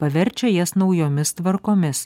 paverčia jas naujomis tvarkomis